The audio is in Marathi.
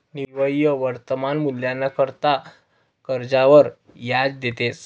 निव्वय वर्तमान मूल्यना करता कर्जवर याज देतंस